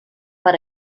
per